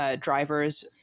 Drivers